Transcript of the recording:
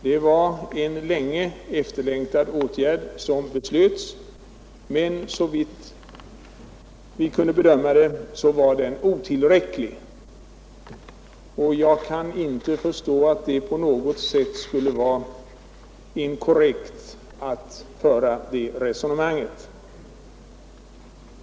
Det var en länge efterlängtad stödåtgärd man då beslöt, men såvitt vi kunde bedöma det var den otillräcklig. Jag kan inte förstå att det på något sätt skulle vara inkorrekt att föra det resonemanget.